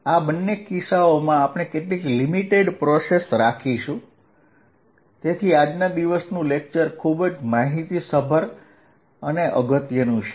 આ બંને કિસ્સાઓમાં આપણે કેટલીક લિમિટેડ પ્રોસેસ રાખીશું તેથી આજના દિવસનું લેક્ચર ખૂબ જ માહિતીસભર અને અગત્યનું છે